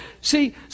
See